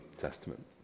Testament